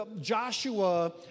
Joshua